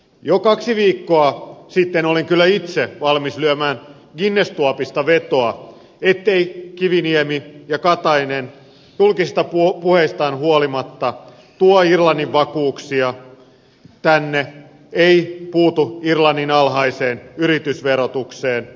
jo kaksi viikkoa sitten olin kyllä itse valmis lyömään guinness tuopista vetoa etteivät kiviniemi ja katainen julkisista puheistaan huolimatta tuo irlannin vakuuksia tänne eivät puutu irlannin alhaiseen yritysverotukseen